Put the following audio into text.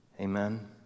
Amen